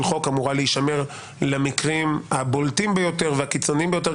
חוק אמורה להישמר למקרים הבולטים ביותר והקיצוניים ביותר,